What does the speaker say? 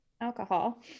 alcohol